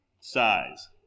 size